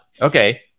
Okay